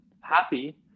happy